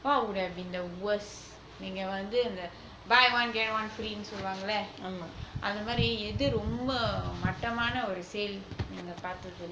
what would have been the worst நீங்க வந்து அந்த:neenga vanthu antha buy one get one free சொல்லுவாங்கெல்ல அந்தமாரி எது ரொம்ப மட்டமான ஒரு:solluvangella anthamaari ethu romba mattamaana oru sale நீங்க பாத்ததுலயே:neenga paathathulayae